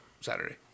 Saturday